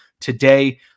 today